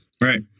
Right